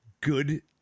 good